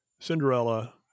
Cinderella